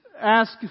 ask